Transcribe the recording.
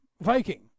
Viking